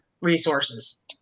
resources